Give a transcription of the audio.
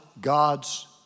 God's